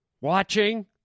watching